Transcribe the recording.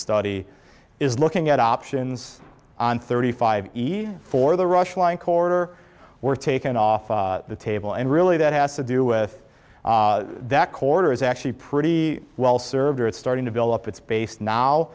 study is looking at options on thirty five easy for the rush line corridor were taken off the table and really that has to do with that corridor is actually pretty well served or it's starting to build up its base now